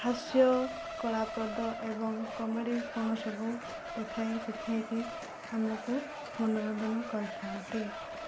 ହାସ୍ୟ କଳାପ୍ରଦ ଏବଂ କମେଡ଼ି କ'ଣ ସବୁ ଦେଖାଇ ଶିଖାଇକି ଆମକୁ ମନୋରଞ୍ଜନ କରିଥାନ୍ତି